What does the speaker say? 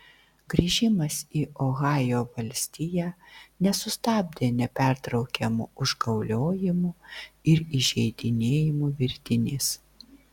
grįžimas į ohajo valstiją nesustabdė nepertraukiamų užgauliojimų ir įžeidinėjimų virtinės